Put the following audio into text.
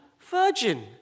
virgin